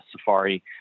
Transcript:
Safari